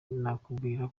nakubwiye